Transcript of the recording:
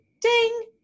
ding